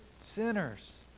sinners